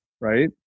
right